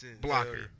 Blocker